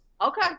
Okay